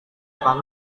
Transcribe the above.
akan